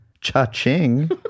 Cha-ching